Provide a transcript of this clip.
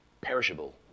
perishable